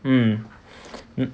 mm